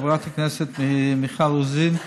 חברת הכנסת מיכל רוזין,